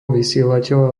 vysielateľa